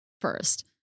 first